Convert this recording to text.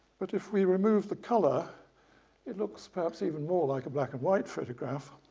but if we remove the colour it looks perhaps even more like a black and white photograph.